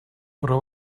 però